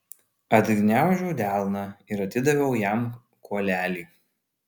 atgniaužiau delną ir atidaviau jam kuolelį